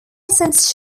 since